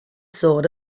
sword